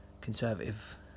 conservative